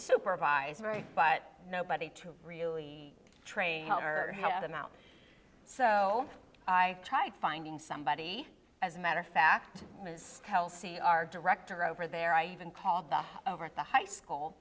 supervise but nobody to really train or help them out so i tried finding somebody as a matter of fact kelsey our director over there i even called the over at the high school